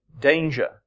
danger